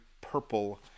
purple